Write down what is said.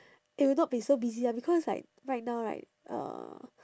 it will not be so busy lah because like right now right uh